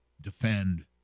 defend